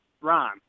Ron